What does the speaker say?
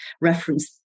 reference